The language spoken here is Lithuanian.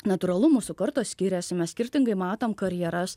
natūralu mūsų kartos skiriasi mes skirtingai matom karjeras